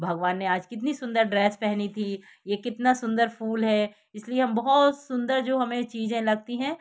भगवान ने आज कितनी सुंदर ड्रेस पहनी थी यह कितना सुंदर फूल है इसलिए हम बहुत सुंदर जो हमें चीज़ें लगती हैं